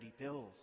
pills